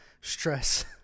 stress